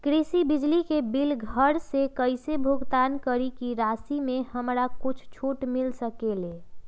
कृषि बिजली के बिल घर से कईसे भुगतान करी की राशि मे हमरा कुछ छूट मिल सकेले?